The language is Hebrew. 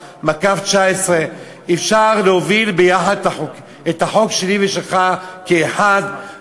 2129/19. אפשר להוביל יחד את החוק שלי ושלך כאחד,